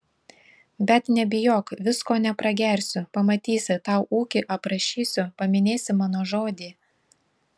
bet nebijok visko nepragersiu pamatysi tau ūkį aprašysiu paminėsi mano žodį